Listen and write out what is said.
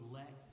let